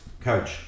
coach